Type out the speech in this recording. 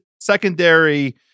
secondary